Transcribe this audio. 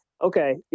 okay